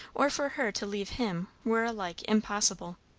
or for her to leave him, were alike impossible.